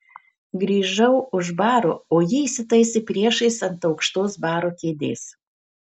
grįžau už baro o ji įsitaisė priešais ant aukštos baro kėdės